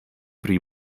pri